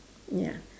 ya